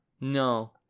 No